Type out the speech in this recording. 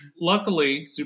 Luckily